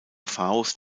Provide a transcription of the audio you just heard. faust